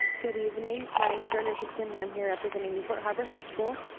good evening, my name's jordan richardson, and i'm here representing newport harbor high school.